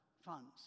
funds